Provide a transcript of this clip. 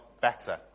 better